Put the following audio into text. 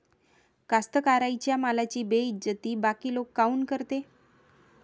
कास्तकाराइच्या मालाची बेइज्जती बाकी लोक काऊन करते?